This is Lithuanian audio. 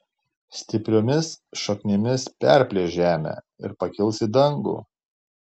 stipriomis šaknimis perplėš žemę ir pakils į dangų